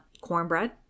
cornbread